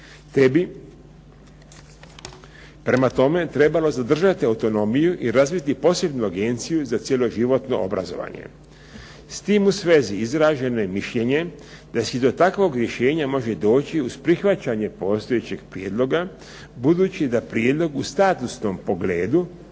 te bi prema tome trebalo zadržati autonomiju i razviti posebnu agenciju za cjeloživotno obrazovanje. S tim u svezi izraženo je mišljenje da se do takvog rješenja može doći uz prihvaćanje postojećeg prijedloga, budući da prijedlog u statusnom pogledu,